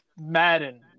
Madden